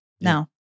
Now